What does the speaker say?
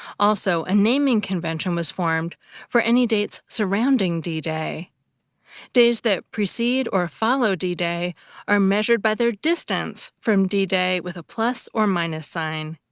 also a naming convention was formed for any dates surrounding d-day. days that precede or follow d-day d-day are measured by their distance from d-day d-day with a plus or minus sign.